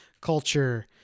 culture